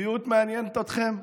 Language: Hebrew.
בריאות מעניינת אתכם?